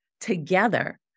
together